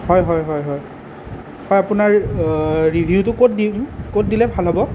হয় হয় হয় হয় হয় আপোনাৰ ৰিভিউটো ক'ত দিম ক'ত দিলে ভাল হ'ব